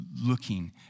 looking